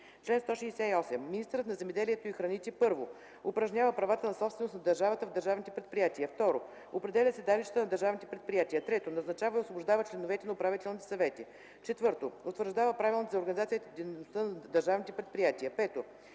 „Чл. 168. Министърът на земеделието и храните: 1. упражнява правата на собственост на държавата в държавните предприятия; 2. определя седалищата на държавните предприятия; 3. назначава и освобождава членовете на управителните съвети; 4. утвърждава правилници за организацията и дейността на държавните предприятия; 5.